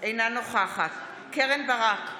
אינה נוכחת קרן ברק,